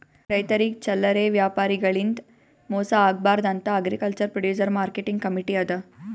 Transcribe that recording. ರೈತರಿಗ್ ಚಲ್ಲರೆ ವ್ಯಾಪಾರಿಗಳಿಂದ್ ಮೋಸ ಆಗ್ಬಾರ್ದ್ ಅಂತಾ ಅಗ್ರಿಕಲ್ಚರ್ ಪ್ರೊಡ್ಯೂಸ್ ಮಾರ್ಕೆಟಿಂಗ್ ಕಮೀಟಿ ಅದಾ